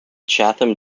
chatham